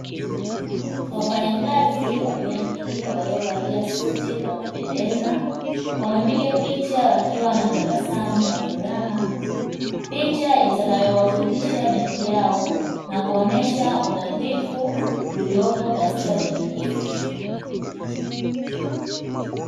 Wafanyakazi wa benki waliovalia suti za kupendeza wamepiga picha wakiwa na tabasamu la furaha, picha itakayowakilisha benki yao na kuonyesha unadhifu uliopo katika benki hiyo.